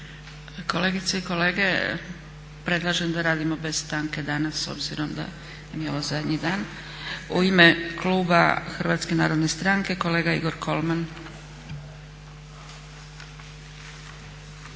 Kolegice i kolege, predlažemo da radimo bez stanke danas s obzirom da nam je ovo zadnji dan. U ime kluba Hrvatske narodne stranke kolega Igor Kolman.